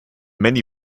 many